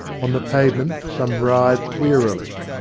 on the pavement some writhed wearily,